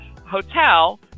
Hotel